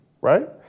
right